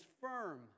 firm